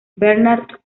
bernard